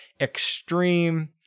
extreme